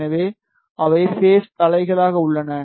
எனவே அவை பேஸ் தலைகீழாக உள்ளன